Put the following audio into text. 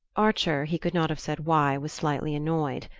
archer, he could not have said why, was slightly annoyed.